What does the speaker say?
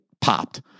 popped